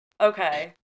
Okay